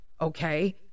okay